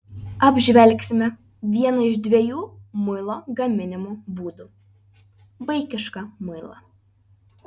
apžvelgsime vieną iš dviejų muilo gaminimo būdų vaikišką muilą